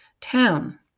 town